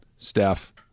Steph